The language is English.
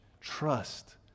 Trust